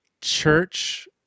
church